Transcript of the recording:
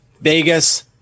Vegas